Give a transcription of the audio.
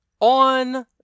On